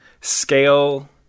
scale